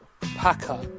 Packer